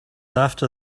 after